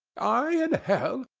i in hell!